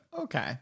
Okay